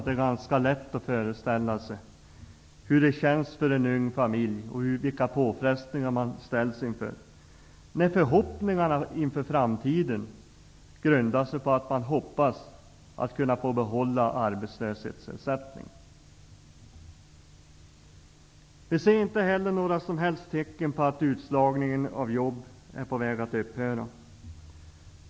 Det är faktiskt lätt att föreställa sig hur det kan kännas för en ung familj och vilka enorma påfrestningar som den ställs inför när förhoppningarna på framtiden inskränker sig till hoppet om att få behålla arbetslöshetsersättningen. Vi ser inte heller några som helst tecken på att utslagningen av arbetstillfällen är på väg att upphöra.